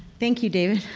thank you, david.